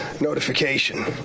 notification